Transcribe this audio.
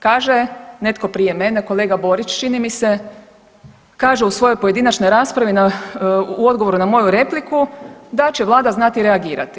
Kaže netko prije mene, kolega Borić, čini mi se, kaže u svojoj pojedinačnoj raspravi, u odgovoru na koju repliku da će Vlada znati reagirati.